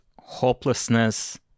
hopelessness